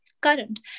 current